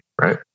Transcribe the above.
right